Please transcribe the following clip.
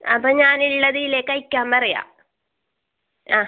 അപ്പോൾ ഞാൻ ഉള്ളത് ഈലേക്ക് അയക്കാൻ പറയാ ആ